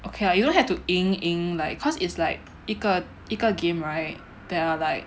okay lah you don't have to 赢赢 like because it's like 一个一个 game right there are like